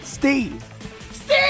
Steve